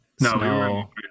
No